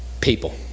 People